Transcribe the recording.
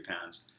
pounds